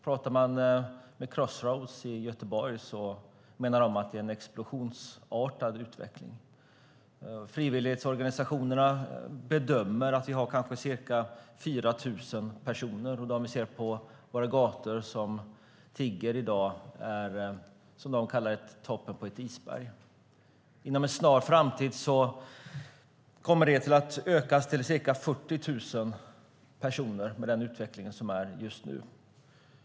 Crossroads i Göteborg menar att det är en explosionsartad utveckling. Frivilligorganisationerna bedömer att vi i dag har kanske 4 000 personer på våra gator som tigger och säger att det är toppen på ett isberg. Inom en snar framtid kommer de att öka till ca 40 000 personer, med den utveckling som är just nu.